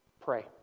Pray